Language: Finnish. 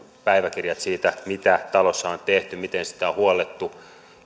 päiväkirjat siitä mitä talossa on tehty miten sitä on huollettu